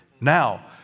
Now